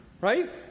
Right